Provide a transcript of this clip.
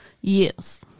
Yes